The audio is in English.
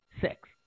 six